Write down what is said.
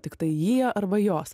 tiktai jį arba jos